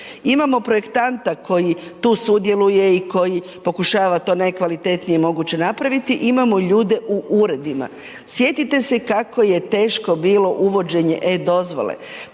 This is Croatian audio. imamo projektanta koji tu sudjeluje i koji pokušava to najkvalitetnije moguće napraviti i imamo ljude u uredima. Sjetite se kako je teško bilo uvođenje e-dozvole,